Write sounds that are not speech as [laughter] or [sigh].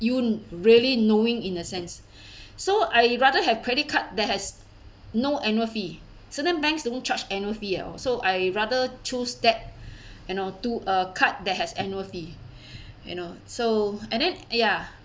you won't really knowing in a sense [breath] so I rather have credit card that has no annual fee certain banks don't charge annual fee oo so I rather choose that [breath] you know to a card that has annual fee [breath] you know so and then ya